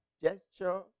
gesture